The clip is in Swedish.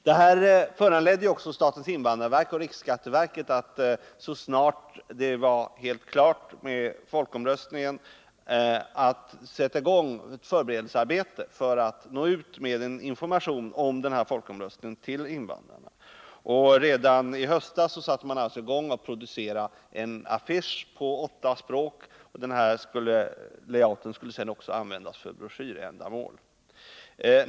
Det här föranledde också statens invandrarverk och riksskatteverket att så snart det var klart med folkomröstningen sätta i gång förberedelsearbetet för att nå ut med en information om folkomröstningen till invandrarna. Redan i höstas började man producera en affisch på åtta språk. Affischens layout skulle sedan också användas i broschyrer.